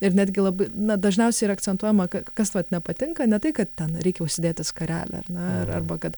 ir netgi labai na dažniausiai yra akcentuojama ka kas vat nepatinka ne tai kad ten reikia užsidėti skarelę ar ne arba kad